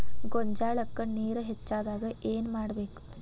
ಗೊಂಜಾಳಕ್ಕ ನೇರ ಹೆಚ್ಚಾದಾಗ ಏನ್ ಮಾಡಬೇಕ್?